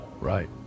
right